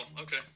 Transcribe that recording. okay